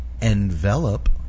envelop